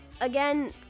Again